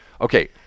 Okay